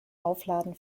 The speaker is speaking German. aufladen